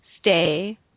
stay